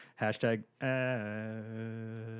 Hashtag